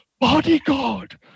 bodyguard